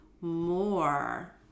more